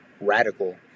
radical